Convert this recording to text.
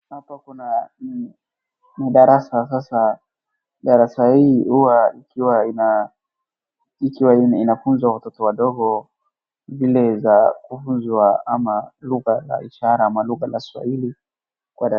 Hapo kuna ni madarasa sasa darasa hii huwa ikiwa inafunza watoto wadogo vile za kufunzwa ama lugha la ishara ama lugha la swahili kwa.